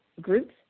groups